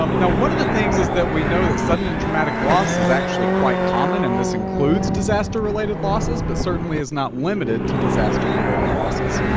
um now, one of the things that we know that sudden and traumatic loss is actually quite common and this includes disaster-related losses, but certainly is not limited to disaster-related losses.